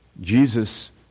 Jesus